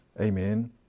Amen